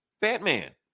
Batman